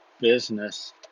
business